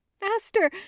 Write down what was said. Master